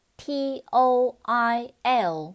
toil